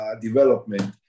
development